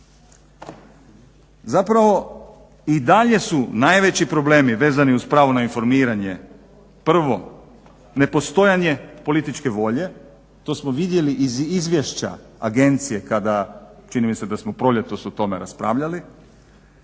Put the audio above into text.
Zapravo i dalje su najveći problemi vezani uz pravo na informiranje, prvo nepostojanje političke volje, to smo vidjeli i iz izvješća agencije kada, čini mi se da smo proljetos o tome raspravljali,